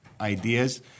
ideas